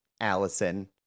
Allison